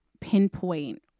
pinpoint